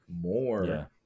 More